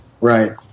Right